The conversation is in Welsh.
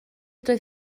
doedd